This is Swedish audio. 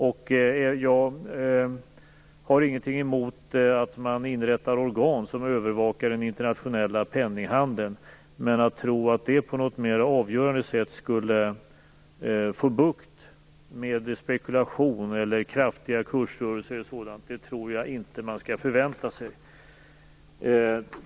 Jag har inget emot att man inrättar organ som övervakar den internationella penninghandeln. Men att det på ett avgörande sätt skulle få bukt med spekulation eller kraftiga kursrörelser tror jag inte att man skall förvänta sig.